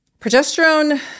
Progesterone